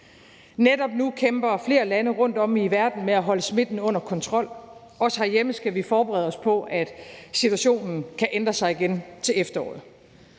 Netop nu kæmper flere lande rundtom i verden med at holde smitten under kontrol, og også herhjemme skal vi forberede os på, at situationen igen kan ændre sig til efteråret.